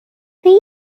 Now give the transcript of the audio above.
theme